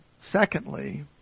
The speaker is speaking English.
Secondly